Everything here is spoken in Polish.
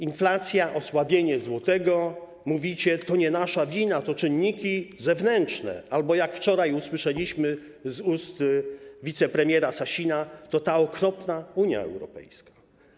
Inflacja, osłabienie złotego - mówicie: to nie nasza wina, to czynniki zewnętrzne albo, jak wczoraj usłyszeliśmy z ust wicepremiera Sasina, to ta okropna Unia Europejska.